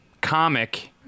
comic